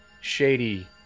shady